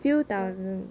the